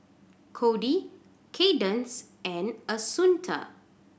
Kody Cadence and Assunta